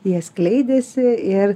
jie skleidėsi ir